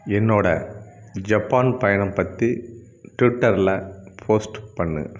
என்னோடய ஜப்பான் பயணம் பற்றி ட்விட்டரில் போஸ்ட் பண்ணு